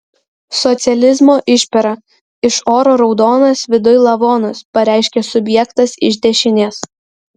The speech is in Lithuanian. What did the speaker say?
socializmo išpera iš oro raudonas viduj lavonas pareiškė subjektas iš dešinės